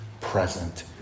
present